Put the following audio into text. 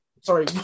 Sorry